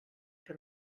que